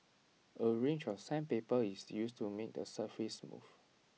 A range of sandpaper is used to make the surface smooth